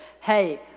hey